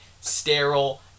sterile